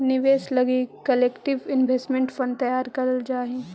निवेश लगी collective investment fund तैयार करल जा हई